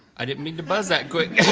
i didn't mean to buzz that quick.